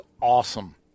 awesome